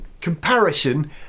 comparison